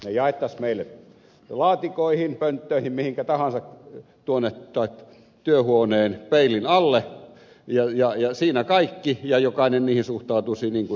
ne jaettaisiin meille laatikoihin pönttöihin mihinkä tahansa työhuoneen peilin alle ja siinä kaikki ja jokainen niihin suhtautuisi niin kuin suhtautuu